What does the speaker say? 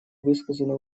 высказаны